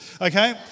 okay